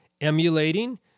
emulating